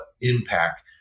impact